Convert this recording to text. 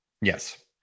Yes